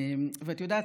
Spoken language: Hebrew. את יודעת,